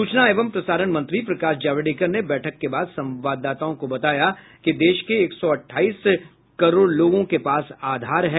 सूचना एवं प्रसारण मंत्री प्रकाश जावड़ेकर ने बैठक के बाद संवाददाताओं को बताया कि देश के एक सौ अठाईस करोड़ लोगों के पास आधार है